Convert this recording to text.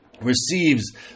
receives